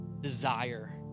desire